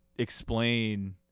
explain